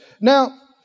Now